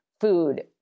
food